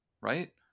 right